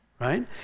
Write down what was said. Right